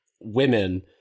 women